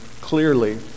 clearly